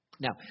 Now